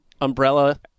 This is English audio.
umbrella